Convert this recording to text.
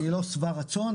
אני לא שבע רצון,